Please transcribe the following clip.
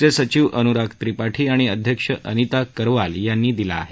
चे सचिव अनुराग त्रिपाठी आणि अध्यक्ष अनीता करवाल यांनी दिला आहे